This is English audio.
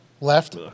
left